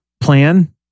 plan